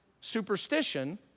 superstition